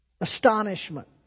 Astonishment